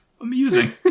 amusing